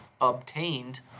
obtained